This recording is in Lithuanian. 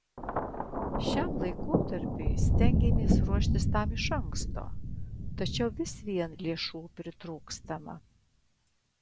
šiam laikotarpiui stengiamės ruoštis tam iš anksto tačiau vis vien lėšų pritrūkstama